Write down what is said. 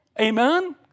Amen